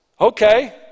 okay